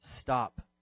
Stop